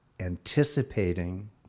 anticipating